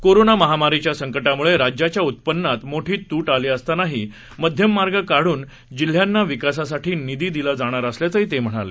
कोरोनामहामारीच्यासंकटामुळेराज्याच्याउत्पन्नातमोठीतुटआलीअसतानाहीमध्यममार्गकाढूनजिल्ह्यांनाविकासासाठीनिधीदिलाअसल्याचं तेम्हणाले